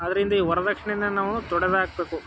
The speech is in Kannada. ಆದ್ರಿಂದ ಈ ವರ್ದಕ್ಷಿಣೆನ ನಾವು ತೊಡೆದ್ಹಾಕ್ಬೇಕು